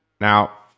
Now